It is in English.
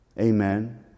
Amen